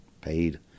paid